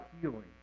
healing